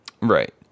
Right